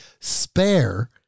Spare